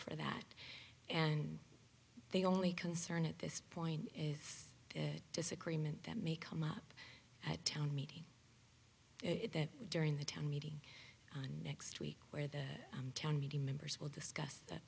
for that and they only concern at this point is a disagreement that may come up at town meeting it during the town meeting on next week where the town meeting members will discuss